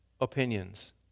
opinions